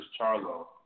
Charlo